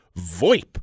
VoIP